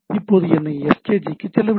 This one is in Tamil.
இப்போது என்னை skg க்கு செல்ல விடுங்கள்